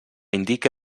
indique